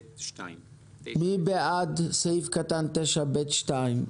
מי בעד סעיף קטן 9(ב)(2)?